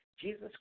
Jesus